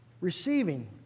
Receiving